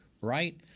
right